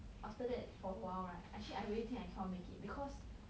after that for awhile right actually I really think I cannot make it because